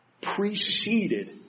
preceded